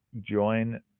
join